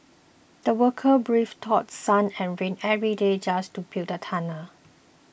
the workers braved through sun and rain every day just to build the tunnel